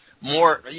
more